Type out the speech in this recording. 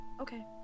Okay